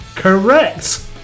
Correct